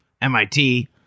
MIT